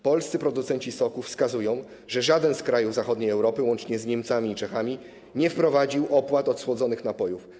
Polscy producenci soków wskazują, że żaden z krajów zachodniej Europy, łącznie z Niemcami i Czechami, nie wprowadził opłat od słodzonych napojów.